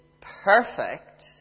perfect